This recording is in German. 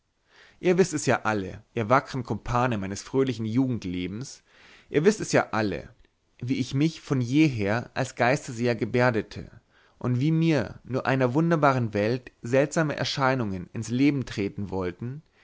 ihr wißt es ja alle ihr wackern kumpane meines fröhlichen jugendlebens ihr wißt es ja alle wie ich mich von jeher als geisterseher gebärdete und wie mir nur einer wunderbaren welt seltsame erscheinungen ins leben treten wollten